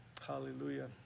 Hallelujah